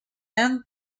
end